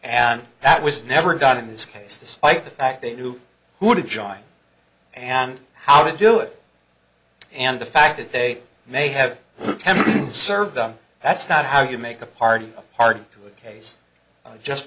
and that was never done in this case despite the fact they do want to join and how to do it and the fact that they may have served them that's not how you make a pardon a pardon to a case just